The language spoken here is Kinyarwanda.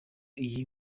iyi